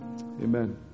Amen